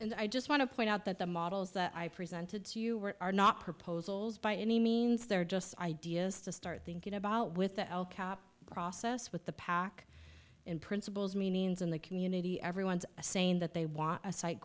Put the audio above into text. and i just want to point out that the models that i presented to you were are not proposals by any means they're just ideas to start thinking about with the process with the pack in principles means in the community everyone's saying that they want a